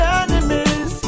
enemies